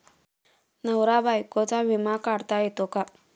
नवरा बायकोचा विमा काढता येतो का?